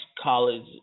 college